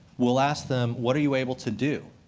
we'll ask them, what are you able to do?